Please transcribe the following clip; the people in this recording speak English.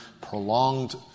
prolonged